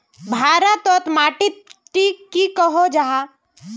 भारत तोत माटित टिक की कोहो जाहा?